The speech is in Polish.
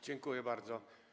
Dziękuję bardzo.